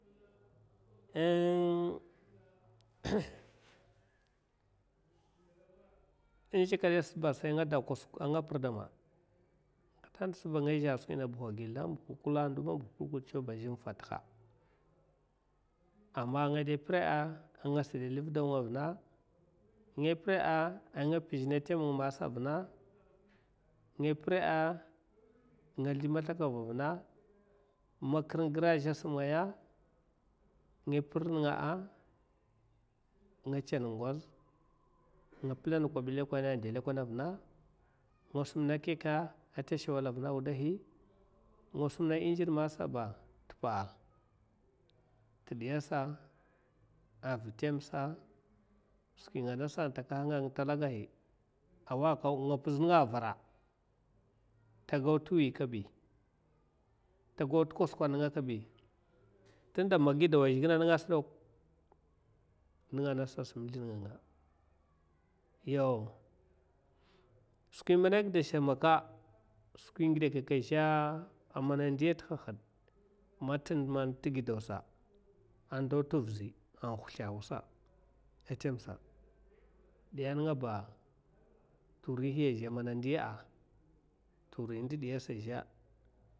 Ing in zhakada satba sai nga de kwasak a nga pirdama katata nanb nga zha skwi na buha sldam, killa ningab kulukul tsaw ba azha inta in fatihada’a, amma nga da pir’a, a nga sa liv daw nga a vina nga pira’a, a nga pizhna tamnga a vina ma kir in girdi’a. a zha simngaya nga pir ninga’a, a nga tsan nggos nga pilana kob lekol an de lukola a vina nga simna kekka ata sawla arina nga simna wudahi engine masaba t’ppa ti diyasa ara temsa skwi ng anasa takaha, nga a nga talakahi awa nga pizh ninga’a, arara tago tuwi kab tago tukvasak ninga kabi tunda man gidawa azhagin ninga dok ninga nasa a sim slolin nga, nga. Yau skwi mena gidasha maka skwi in ngidakekka a zha mana ndiya ta hahad man tin man tigi dawsa anndo tivizi huslawsa na temsa diya ninga ba tinihiya mana azha a ndiya’ a turi indi diyasa azha.